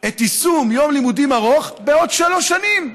את יישום יום לימודים ארוך בעוד שלוש שנים.